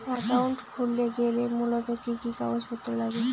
Account খুলতে গেলে মূলত কি কি কাগজপত্র লাগে?